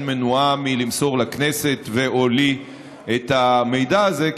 מנועה מלמסור לכנסת ו/או לי את המידע הזה,